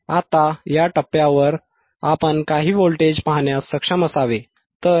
आता या टप्प्यावर आपण काही व्होल्टेज पाहण्यास सक्षम असावे